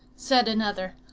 said another,